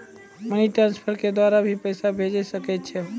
Money transfer के द्वारा भी पैसा भेजै सकै छौ?